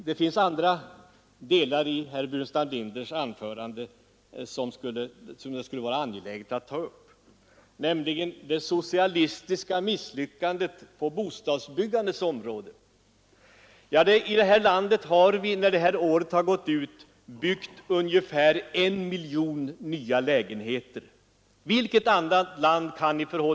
Det finns också en annan del av herr Burenstam Linders anförande som det är angeläget att ta upp, nämligen vad han kallade för det socialistiska misslyckandet på bostadsområdet. När innevarande år har gått till ända har vi här i landet byggt ungefär en miljon nya lägenheter under de senaste tio åren.